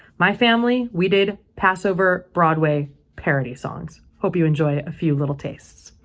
my family, we did passover broadway parody songs. hope you enjoy a few little tastes.